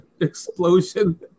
Explosion